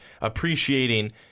appreciating